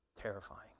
Terrifying